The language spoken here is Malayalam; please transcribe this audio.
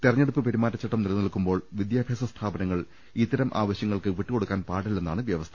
തെര ഞ്ഞെടുപ്പ് പെരുമാറ്റച്ചട്ടം നിലനിൽക്കുമ്പോൾ വിദ്യാഭ്യാസ സ്ഥാപനങ്ങൾ ഇത്തരം ആവശ്യങ്ങൾക്ക് വിട്ടുകൊടുക്കാൻ പാടില്ലെന്നാണ് വ്യവസ്ഥ